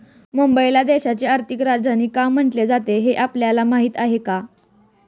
मुंबईला देशाची आर्थिक राजधानी का म्हटले जाते, हे आपल्याला माहीत आहे का?